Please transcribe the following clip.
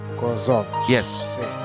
Yes